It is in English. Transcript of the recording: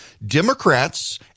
Democrats